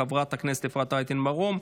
חברת הכנסת אפרת רייטן מרום,